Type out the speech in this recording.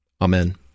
Amen